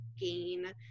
gain